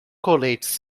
coletes